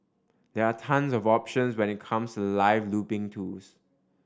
there are tons of options when it comes to live looping tools